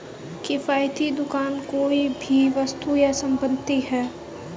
किफ़ायती दुकान कोई भी वस्तु या संपत्ति है